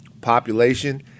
Population